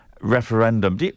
referendum